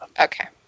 Okay